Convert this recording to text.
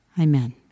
Amen